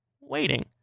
waiting